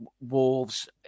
Wolves